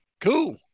cool